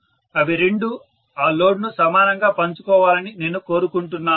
అవి రెండూ ఆ లోడ్ ను సమానంగా పంచుకోవాలని నేను కోరుకుంటున్నాను